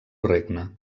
regne